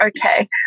Okay